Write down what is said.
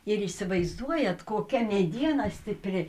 ir įsivaizduojat kokia mediena stipri